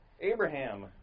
Abraham